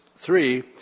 Three